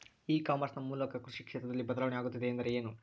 E commerce ನ ಮೂಲಕ ಕೃಷಿ ಕ್ಷೇತ್ರದಲ್ಲಿ ಬದಲಾವಣೆ ಆಗುತ್ತಿದೆ ಎಂದರೆ ಏನು?